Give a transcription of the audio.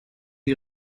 die